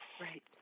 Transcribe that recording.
Right